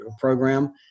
Program